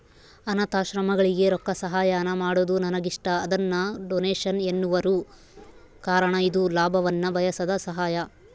ಅನಾಥಾಶ್ರಮಗಳಿಗೆ ರೊಕ್ಕಸಹಾಯಾನ ಮಾಡೊದು ನನಗಿಷ್ಟ, ಅದನ್ನ ಡೊನೇಷನ್ ಎನ್ನುವರು ಕಾರಣ ಇದು ಲಾಭವನ್ನ ಬಯಸದ ಸಹಾಯ